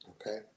okay